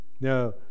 Now